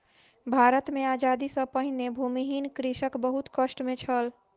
भारत मे आजादी सॅ पहिने भूमिहीन कृषक बहुत कष्ट मे छल